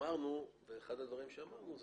אחד הדברים שאמרנו,